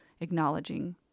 acknowledging